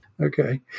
Okay